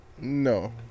No